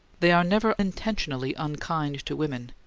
they are never intentionally unkind to women,